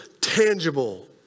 tangible